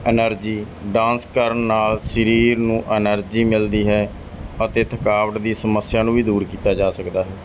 energy dance ਕਰਨ ਨਾਲ ਸਰੀਰ ਨੂੰ ਐਨਰਜੀ ਮਿਲਦੀ ਹੈ ਅਤੇ ਥਕਾਵਟ ਦੀ ਸਮੱਸਿਆ ਨੂੰ ਵੀ ਦੂਰ ਕੀਤਾ ਜਾ ਸਕਦਾ ਹੈ